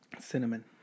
Cinnamon